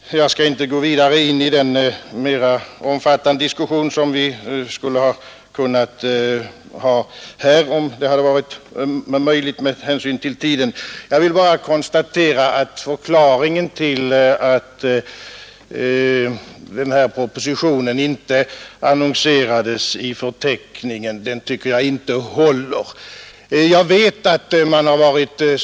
Herr talman! Jag skall inte gå vidare in i den mera omfattande diskussion som vi skulle kunna föra här, om det bara vore möjligt med hänsyn till tiden. Jag tycker inte att förklaringen till att den här propositionen inte aviserades i förteckningen håller. Jag vill bara konstatera detta.